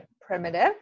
primitive